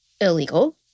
illegal